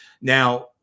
now